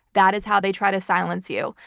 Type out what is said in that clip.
that is how they try to silence you,